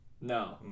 No